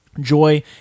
Joy